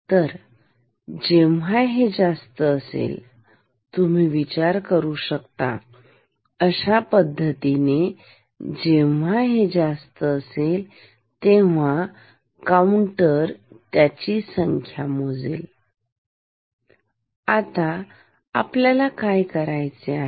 तर जेव्हा हे जास्त असेल तुम्ही विचार करू शकता अशा पद्धतीने जेव्हा हे जास्त असेल तेव्हा काउंटर त्याची संख्या मोजेल आता आपल्याला काय करायचे आहे